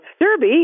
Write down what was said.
Derby